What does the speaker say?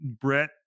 Brett